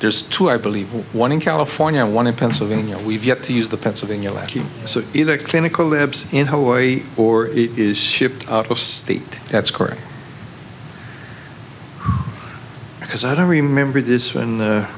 there's two i believe one in california and one in pennsylvania we've yet to use the pennsylvania lackey so either a clinical lips in hawaii or it is shipped out of state that's correct because i don't remember this when